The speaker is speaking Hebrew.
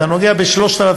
אתה נוגע ב-3,020